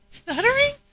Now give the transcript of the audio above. stuttering